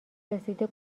رسیده